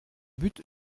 but